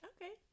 Okay